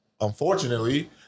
Unfortunately